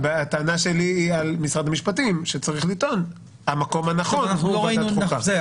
הטענה שלי היא על משרד המשפטים שצריך לטעון שהמקום הנכון הוא ועדת חוקה.